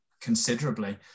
considerably